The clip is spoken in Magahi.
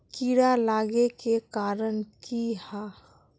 कीड़ा लागे के कारण की हाँ?